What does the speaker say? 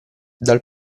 dal